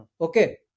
Okay